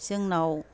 जोंनाव